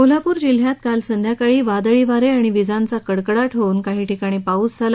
कोल्हापूर जिल्हयात काल संध्याकाळी वादळी वारे आणि विजांचा कडकडाटासह काही ठिकाणी पाऊस झाला